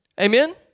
Amen